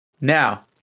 Now